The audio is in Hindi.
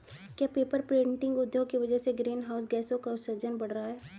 क्या पेपर प्रिंटिंग उद्योग की वजह से ग्रीन हाउस गैसों का उत्सर्जन बढ़ रहा है?